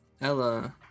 Ella